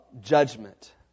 judgment